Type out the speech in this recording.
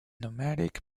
nomadic